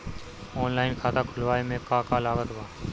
Online खाता खुलवावे मे का का लागत बा?